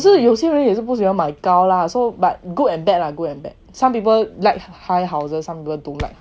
可是有些人也是不喜欢买高 lah so but good and bad lah go and bad some people like high houses some people don't like high houses